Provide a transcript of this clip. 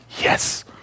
yes